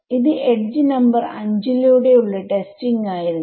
ഇത് edge number 5 ലൂടെ ഉള്ള ടെസ്റ്റിംഗ് ആയിരുന്നു